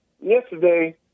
yesterday